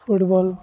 football